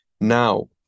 now